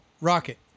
Rocket